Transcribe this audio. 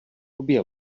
obě